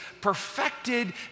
perfected